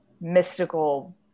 mystical